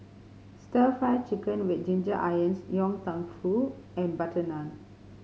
Stir Fry Chicken with ginger onions Yong Tau Foo and butter naan